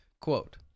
quote